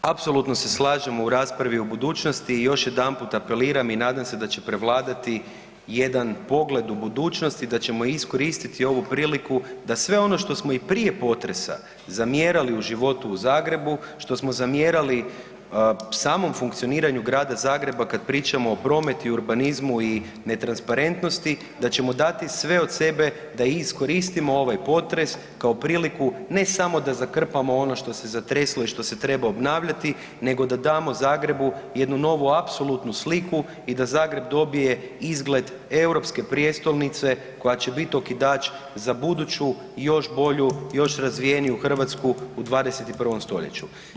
Apsolutno se slažemo u raspravi o budućnosti i još jedanputa apeliram i nadam se da će prevladati jedan pogled u budućnosti i da ćemo iskoristiti ovu priliku da sve ono što smo i prije potresa zamjerali u životu u Zagrebu, što smo zamjerali samom funkcioniranju grada Zagreba kad pričamo o prometu i urbanizmu i netransparentnosti, da ćemo dati sve od sebe da iskoristimo ovaj potres, kao priliku, ne samo da zakrpamo ono što se zatreslo i što se treba obnavljati, nego da damo Zagrebu jednu novu apsolutnu sliku i da Zagreb dobije izgled europske prijestolnice koja će biti okidač za buduću i još bolju, još razvijeniju Hrvatsku u 21. st.